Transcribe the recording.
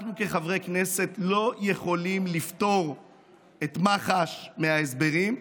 אנחנו כחברי כנסת לא יכולים לפטור את מח"ש מההסברים,